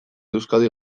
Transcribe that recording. euskadi